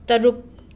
ꯇꯔꯨꯛ